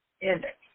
index